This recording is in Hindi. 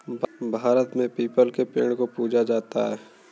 भारत में पीपल के पेड़ को पूजा जाता है